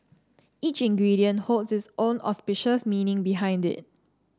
each ingredient holds its own auspicious meaning behind it